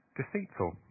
deceitful